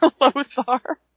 Lothar